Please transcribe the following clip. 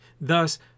Thus